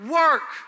work